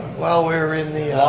while we're in the,